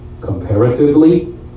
Comparatively